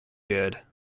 good